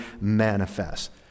manifest